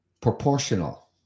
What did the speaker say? proportional